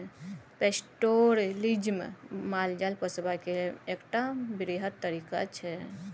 pastoralism माल जाल पोसबाक एकटा बृहत तरीका छै